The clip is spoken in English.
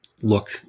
look